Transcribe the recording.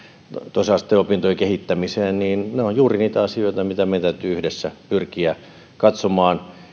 toisen asteen opintojen kehittämiseen ne ovat juuri niitä asioita mitä meidän täytyy yhdessä pyrkiä katsomaan